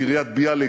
קריית-ביאליק,